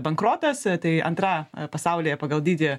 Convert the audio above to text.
bankrotas tai antra pasaulyje pagal dydį